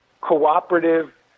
cooperative